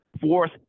Fourth